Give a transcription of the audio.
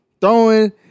throwing